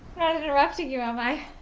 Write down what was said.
interrupting you am i?